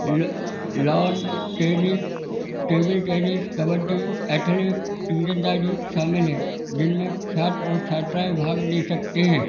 lawn tennis table tennis kabaddi athlete तीरअंदाजी शामिल है जिनमें छात्र और छात्राएँ भाग ले सकते हैं